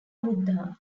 buddha